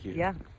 yeah.